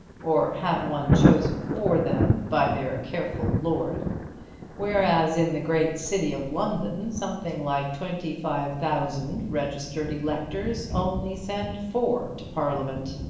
or have one chosen for them by their careful lord whereas in the great city of london something like twenty five thousand registered electors only send four to parliament.